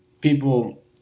people